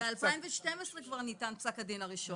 ב-2012 כבר ניתן פסק הדין הראשון.